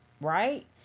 right